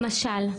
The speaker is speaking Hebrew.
למשל,